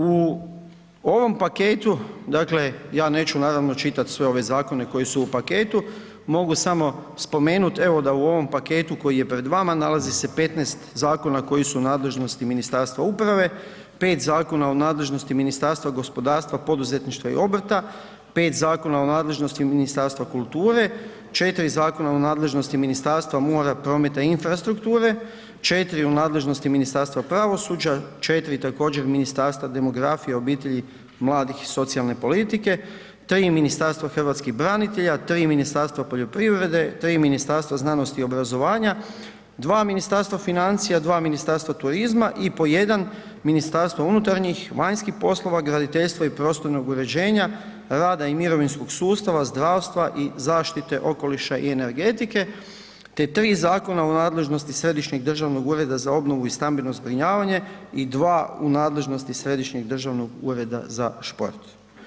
U ovom paketu dakle ja neću naravno čitat sve ove zakone koji su u paketu, mogu samo spomenuti evo da u ovom paketu koji je pred vama nalazi se 15 zakona koji su u nadležnosti Ministarstva uprave, 5 zakona u nadležnosti Ministarstva gospodarstva, poduzetništva i obrta, 5 zakona u nadležnosti Ministarstva kulture, 4 zakona u nadležnosti Ministarstva mora, prometa i infrastrukture, 4 u nadležnosti Ministarstva pravosuđa, 4 također Ministarstva demografije, obitelji, mladih i socijalne politike, 3 Ministarstvo hrvatskih branitelja, 3 Ministarstvo poljoprivrede, 3 Ministarstvo znanosti i obrazovanja, 2 Ministarstvo financija, 2 Ministarstvo turizma i po 1 MUP, vanjskih poslova, graditeljstva i prostornog uređenja, rada i mirovinskog sustava, zdravstva i zaštite okoliša i energetike, te 3 zakona u nadležnosti Središnjeg državnog ureda za obnovu i stambeno zbrinjavanje i 2 u nadležnosti Središnjeg državnog ureda za šport.